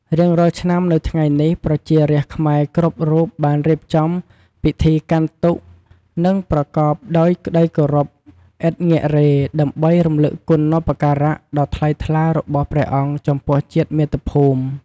រៀងរាល់ឆ្នាំ នៅថ្ងៃនេះ ប្រជារាស្ត្រខ្មែរគ្រប់រូបបានរៀបចំពិធីកាន់ទុក្ខ និងប្រកបដោយក្ដីគោរពឥតងាករេ ដើម្បីរំលឹកគុណូបការៈដ៏ថ្លៃថ្លារបស់ព្រះអង្គចំពោះជាតិមាតុភូមិ។